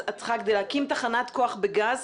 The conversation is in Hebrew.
כדי להקים תחנת כוח בגז,